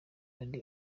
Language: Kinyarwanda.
ari